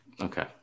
Okay